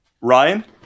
Ryan